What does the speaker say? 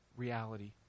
reality